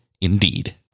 indeed